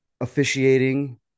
officiating